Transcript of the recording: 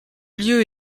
lieu